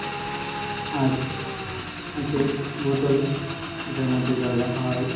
আর আছে বোতল যেটার মধ্যে জল রাখা হয়